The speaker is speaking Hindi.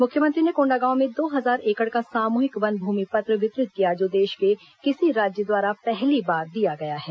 मुख्यमंत्री ने कोंडागांव में दो हजार एकड़ का सामूहिक वन भूमि पत्र वितरित किया जो देश के किसी राज्य द्वारा पहली बार दिया गया है